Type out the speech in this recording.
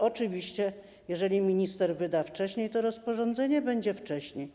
Oczywiście jeżeli minister wyda wcześniej to rozporządzenie, dowiemy się wcześniej.